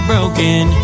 broken